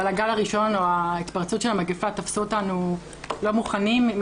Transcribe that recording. אבל הגל הראשון או ההתפרצות של המגפה תפסו אותנו לא מוכנים עם